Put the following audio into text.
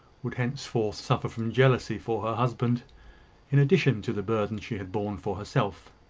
would henceforth suffer from jealousy for her husband in addition to the burden she had borne for herself.